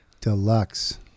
deluxe